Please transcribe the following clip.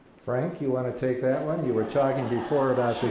frank you want to take that one you were talking before about